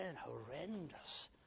horrendous